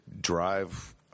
drive